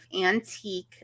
antique